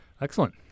Excellent